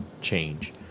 change